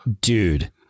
Dude